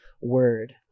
word